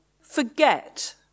Forget